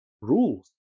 rules